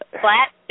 Flat